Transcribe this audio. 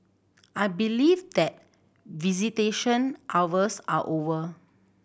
I believe that visitation hours are over